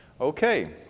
Okay